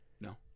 no